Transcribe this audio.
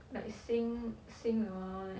like 新新的吗 like